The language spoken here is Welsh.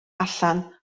allan